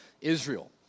Israel